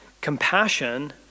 Compassion